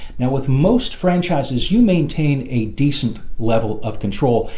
with most franchises you maintain a decent level of control.